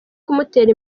kumutera